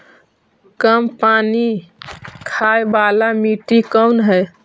कम पानी खाय वाला मिट्टी कौन हइ?